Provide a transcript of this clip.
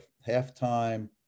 half-time